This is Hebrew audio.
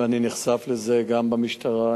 ואני נחשף לזה גם במשטרה,